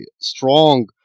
strong